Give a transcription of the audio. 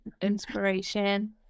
inspiration